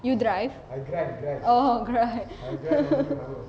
you drive oh grind